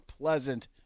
pleasant